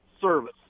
service